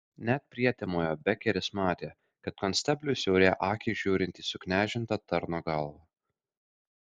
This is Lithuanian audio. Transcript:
net prietemoje bekeris matė kad konstebliui siaurėja akys žiūrint į suknežintą tarno galvą